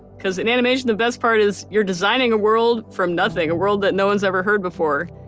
because in animation the best part is you're designing a world from nothing, a world that no one's ever heard before.